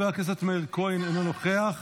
חבר הכנסת מאיר כהן, אינו נוכח.